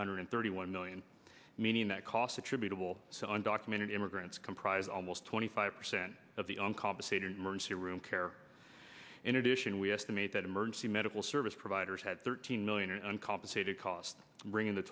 hundred thirty one million meaning that cost attributable and documented immigrants comprise almost twenty five percent of the uncompensated emergency room care in addition we estimate that emergency medical service providers had thirteen million or uncompensated costs bringing the